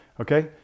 okay